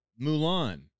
Mulan